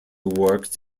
worked